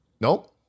Nope